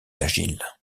agile